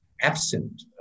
absent